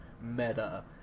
meta